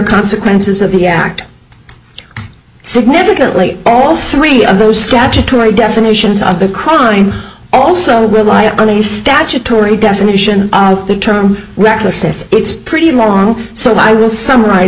consequences of the act significantly all three of those statutory definitions of the crime also rely on the statutory definition recklessness it's pretty long so i will summarize